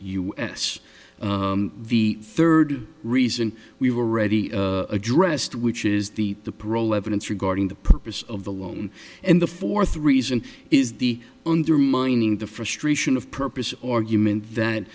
flix us the third reason we've already addressed which is the the parole evidence regarding the purpose of the loan and the fourth reason is the undermining the frustration of purpose argument that